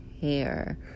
hair